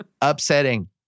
Upsetting